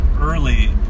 early